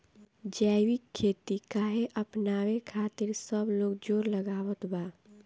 जैविक खेती काहे अपनावे खातिर सब लोग जोड़ लगावत बा?